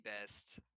best